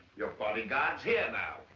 your bodyguard is here now.